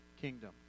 kingdom